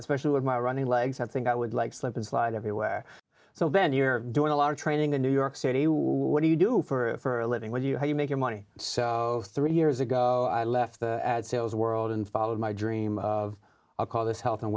especially with my running legs i think i would like slip and slide everywhere so ben you're doing a lot of training in new york city what do you do for a living what do you how you make your money so three years ago i left the ad sales world and followed my dream of a call this health and